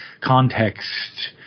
context